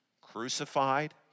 crucified